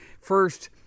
First